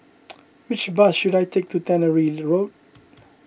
which bus should I take to Tannery Road